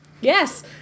Yes